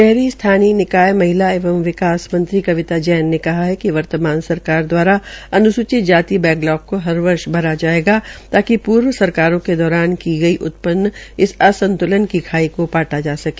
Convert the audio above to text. शहरी स्थानीय निकाय महिला एवं विकास मंत्री कविता जैन ने कहा कि वर्तमान सरकार द्वाराअनुसूचित जाति बैकलाग को हर वर्ष भरा जाएगा ताकि पूर्व सरकारों के दौरान उत्पन्न इस असंत्लन की खाई को पाटा जा सके